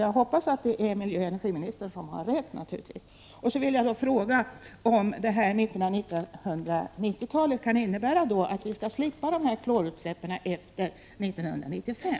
Jag hoppas naturligtvis att det är miljöoch energiministern som har rätt. Dessutom vill jag fråga om det som sägs om 1990-talet innebär att vi skall slippa dessa klorutsläpp efter 1995.